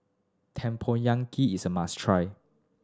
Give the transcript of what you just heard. Tempoyak is a must try